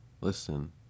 listen